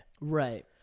right